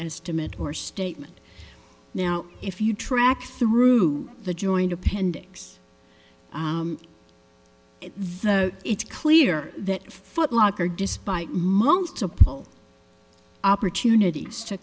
estimate or statement now if you track through the joint appendix though it's clear that footlocker despite multiple opportunities to